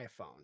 iphone